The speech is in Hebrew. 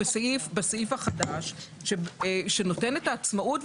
בסעיף החדש שנותנת עצמאות,